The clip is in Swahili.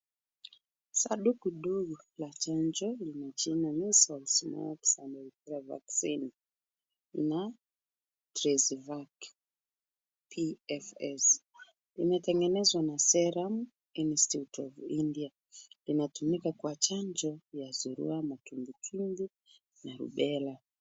Sanduku ndogo la chanjo lenye jina measles, mumps and rubella vaccine na tracevac pfs. Limetengenezwa na serum institute of India . Linatumika kwa chanjo ya surua, mapindupindu na rubella.